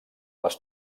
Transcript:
les